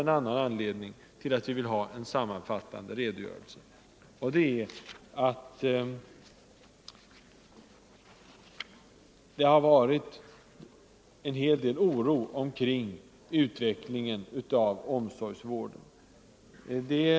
En annan anledning till att vi vill ha en sammanfattande redogörelse är att det har varit en hel del oro omkring utvecklingen av omsorgsvården.